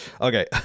okay